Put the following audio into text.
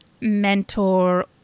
mentor